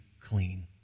clean